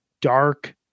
dark